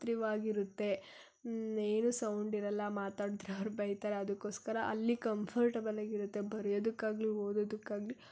ತ್ರಿವಾಗಿರುತ್ತೆ ಏನು ಸೌಂಡ್ ಇರೋಲ್ಲ ಮಾತಾಡ್ದ್ರೆ ಅವ್ರು ಬೈತಾರೆ ಅದಕ್ಕೋಸ್ಕರ ಅಲ್ಲಿ ಕಂಫರ್ಟಬಲ್ ಆಗಿರುತ್ತೆ ಬರಿಯೋದಕ್ಕಾಗಲಿ ಓದೋದಕ್ಕಾಗ್ಲಿ